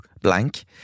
blank